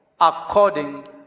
according